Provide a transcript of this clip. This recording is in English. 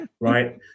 Right